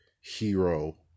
hero